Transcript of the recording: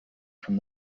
from